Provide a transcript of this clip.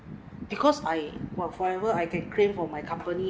because I for travel I can claim from my company